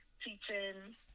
teaching